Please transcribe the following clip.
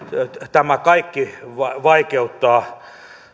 tämä kaikki vaikeuttaa